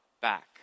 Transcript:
back